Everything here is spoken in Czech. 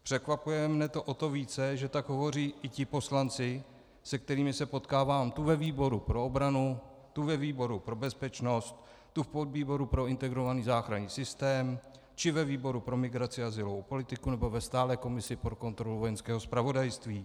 Překvapuje mě to o to více, že tak hovoří i ti poslanci, se kterými se potkávám tu ve výboru pro obranu, tu ve výboru pro bezpečnost, tu v podvýboru pro integrovaný záchranný systém či ve výboru pro migraci a azylovou politiku nebo ve stálé komisi pro kontrolu Vojenského zpravodajství.